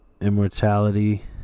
Immortality